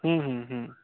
हूँ हूँ हूँ